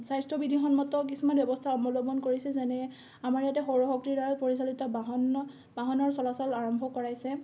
স্বাস্থ্যবিধিসন্মত কিছুমান ব্যৱস্থা অৱলম্বন কৰিছে যেনে আমাৰ ইয়াতে সৌৰশক্তিৰ দ্বাৰা পৰিচালিত বাহন বাহনৰ চলাচল আৰম্ভ কৰাইছে